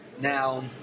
Now